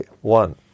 One